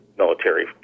Military